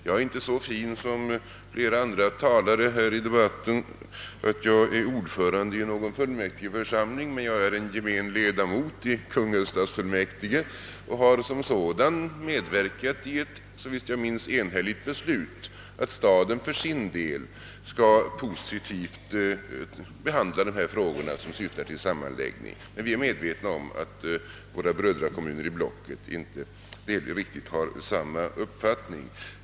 Jag är inte så fin som flera andra talare i debatten att jag är ordförande i någon fullmäktigeförsamling, men jag är gemen ledamot i Kungälvs stadsfullmäktige och har som sådan medverkat i ett, såvitt jag minns, enhälligt beslut att staden för sin del skall positivt behandla spörsmål som syftar till kommunsammanslagning. Vi är emellertid på det klara med att våra brödrakommuner i blocket inte har riktigt samma uppfattning.